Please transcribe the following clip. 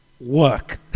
work